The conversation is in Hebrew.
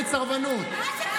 חברת הכנסת שרון ניר, בבקשה,